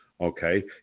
okay